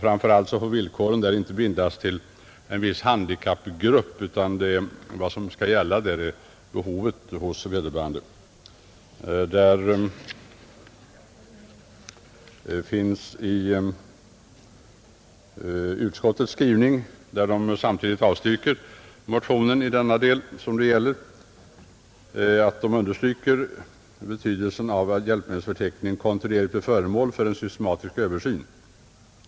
Framför allt får villkoren inte bindas till en viss handikappgrupp, utan avgörande skall vara vederbörandes behov av hjälpmedel. Samtidigt som utskottet avstyrker motionen i denna del understryker utskottet i sin skrivning betydelsen av att hjälpmedelsförteckningen kontinuerligt blir föremål för en systematisk översyn.